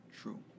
True